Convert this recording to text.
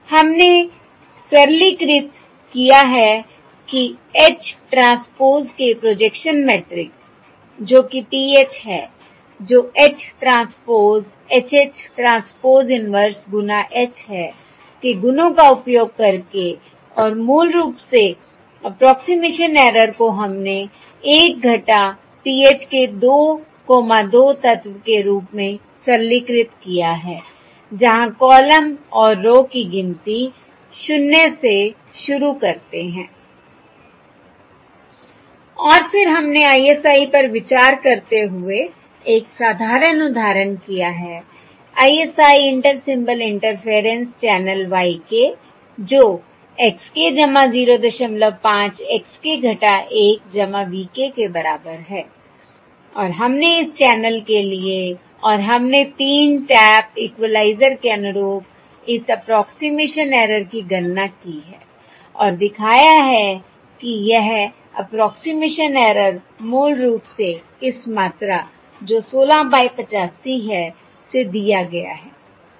हमने सरलीकृत किया है कि H ट्रांसपोज के प्रोजेक्शन मैट्रिक्स जो कि PH है जो H transpose H H transpose inverse गुना H है के गुणों का उपयोग करके और मूल रूप से अप्रोक्सिमेशन ऐरर को हमने 1 - PH के 22 तत्व के रूप में सरलीकृत किया है जहां कॉलम और रो की गिनती शून्य से शुरू करते हैं I और फिर हमने ISI पर विचार करते हुए एक साधारण उदाहरण किया है ISI inter symbol interference channel y k जो x k 05 x k 1 v k के बराबर है और हमने इस चैनल के लिए और हमने 3 टैप इक्वलाइज़र के अनुरूप इस अप्रोक्सिमेशन ऐरर की गणना की है और दिखाया है कि यह अप्रोक्सिमेशन ऐरर मूल रूप से इस मात्रा जो 16 बाय 85 है से दिया गया है ठीक है